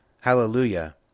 Hallelujah